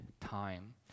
time